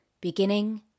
beginning